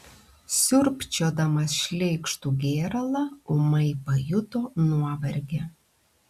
siurbčiodamas šleikštų gėralą ūmai pajuto nuovargį